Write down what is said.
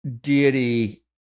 deity